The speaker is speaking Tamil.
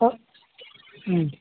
ஓ ம்